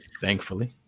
Thankfully